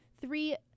Three